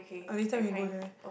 or later can go there